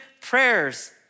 prayers